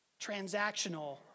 Transactional